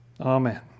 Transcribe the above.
Amen